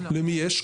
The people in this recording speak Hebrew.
למי יש?